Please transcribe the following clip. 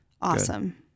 Awesome